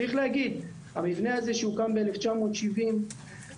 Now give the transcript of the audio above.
צריך להגיד, המבנה הזה, שהוקדם בשנת 1970 שופץ